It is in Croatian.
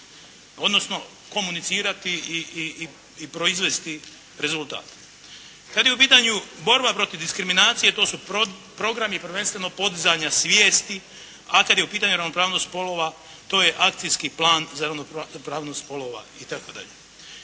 odnosno komunicirati i proizvesti rezultat. Kad je u pitanju borba protiv diskriminacije to su programi prvenstveno podizanja svijesti, a kad je u pitanju ravnopravnost spolova to je akcijski plan za ravnopravnost spolova itd.